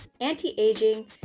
anti-aging